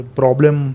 problem